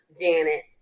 Janet